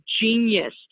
genius